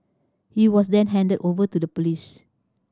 he was then handed over to the police